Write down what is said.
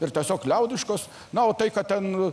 ir tiesiog liaudiškos na o tai kad ten